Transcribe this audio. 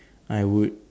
I would